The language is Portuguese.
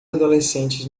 adolescentes